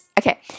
okay